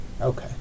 Okay